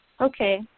Okay